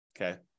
okay